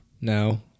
No